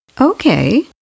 Okay